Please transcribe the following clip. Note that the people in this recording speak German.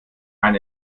ein